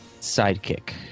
sidekick